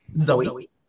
Zoe